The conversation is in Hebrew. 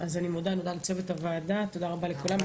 תודה רבה לכולם.